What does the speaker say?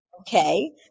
okay